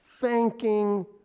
thanking